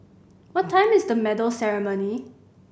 what time is medal ceremony